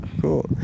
cool